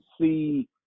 see